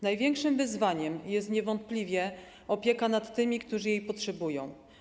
Największym wyzwaniem jest niewątpliwie opieka nad tymi, którzy jej potrzebują.